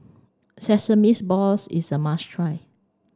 Sesames Balls is a must try